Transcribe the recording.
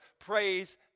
praise